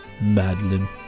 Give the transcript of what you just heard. Madeline